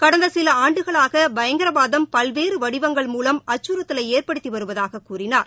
கடந்த சில ஆண்டுகளாக பயங்கரவாதம் பல்வேறு வடிவங்கள் மூலம் அச்சுறுத்தலை ஏற்படுத்தி வருவதாக கூறினார்